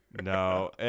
No